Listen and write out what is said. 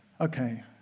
Okay